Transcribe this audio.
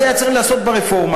אז היה צריך לעשות בה רפורמה,